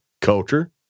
culture